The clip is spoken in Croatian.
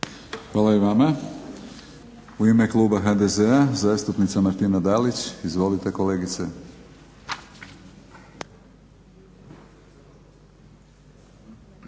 Hvala i vama. U ime kluba HDZ-a zastupnica Martina Dalić. Izvolite kolegice.